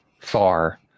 far